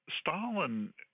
Stalin